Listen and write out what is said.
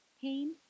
pain